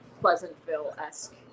pleasantville-esque